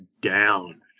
down